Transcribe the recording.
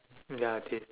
ya I have seen